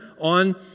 on